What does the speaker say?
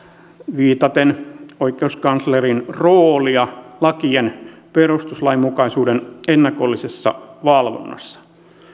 viitaten oikeuskanslerin roolia lakien perustuslainmukaisuuden ennakollisessa valvonnassa